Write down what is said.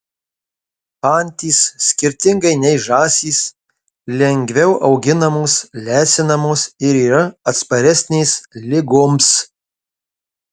antys skirtingai nei žąsys lengviau auginamos lesinamos ir yra atsparesnės ligoms